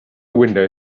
window